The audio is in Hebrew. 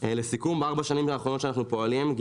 כמעט רבע מיליארד שקל ל-100 סטארט-אפים.